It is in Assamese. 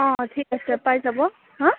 অঁ ঠিক আছে পাই যাব হা